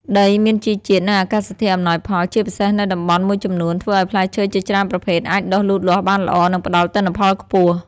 ដីមានជីជាតិ និងអាកាសធាតុអំណោយផល ជាពិសេសនៅតំបន់មួយចំនួន ធ្វើឲ្យផ្លែឈើជាច្រើនប្រភេទអាចដុះលូតលាស់បានល្អ និងផ្តល់ទិន្នផលខ្ពស់។